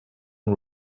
and